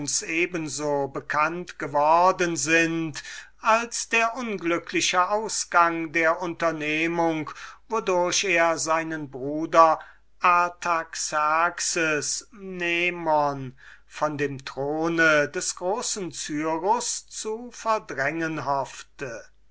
so bekannt worden sind als der unglückliche ausgang der unternehmung wodurch er sich auf den thron des ersten cyrus zu schwingen hoffte